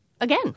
again